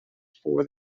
for